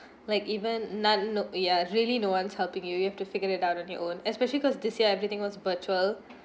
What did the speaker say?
like even none no ya really no one helping you you have to figure it out on your own especially cause this year everything was virtual